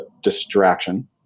distraction